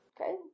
Okay